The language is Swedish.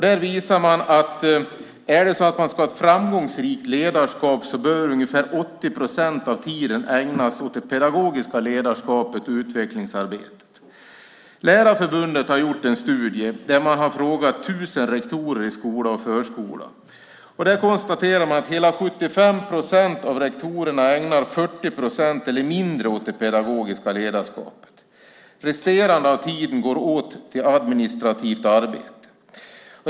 Där visar man att om man ska ha ett framgångsrikt ledarskap bör ungefär 80 procent av tiden ägnas åt det pedagogiska ledarskapet och utvecklingsarbetet. Lärarförbundet har gjort en studie där man har frågat 1 000 rektorer i skola och förskola. Man konstaterar att hela 75 procent av rektorerna ägnar 40 procent av tiden eller mindre åt det pedagogiska ledarskapet. Resterande tid går åt till administrativt arbete.